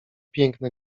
piękne